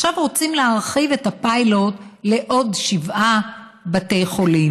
עכשיו רוצים להרחיב את הפיילוט לעוד שבעה בתי חולים.